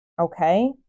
okay